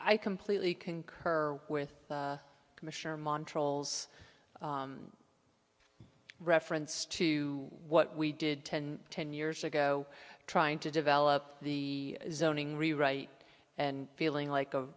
completely concur with commissioner montreaux lls reference to what we did ten ten years ago trying to develop the zoning rewrite and feeling like a